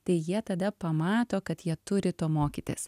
tai jie tada pamato kad jie turi to mokytis